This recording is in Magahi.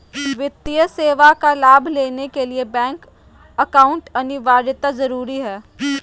वित्तीय सेवा का लाभ लेने के लिए बैंक अकाउंट अनिवार्यता जरूरी है?